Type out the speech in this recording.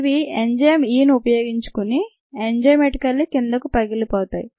ఇవి ఎంజైమ్ Eను ఉపయోగించుకుని ఎంజైమేటికల్లీ కిందకు పగిలిపోతాయి